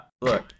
look